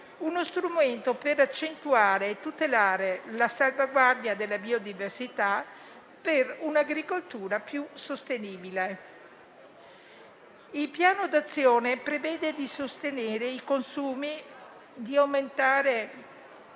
uno strumento per accentuare e tutelare la salvaguardia della biodiversità, per un'agricoltura più sostenibile. Il piano d'azione prevede di sostenere i consumi, di aumentare